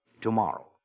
tomorrow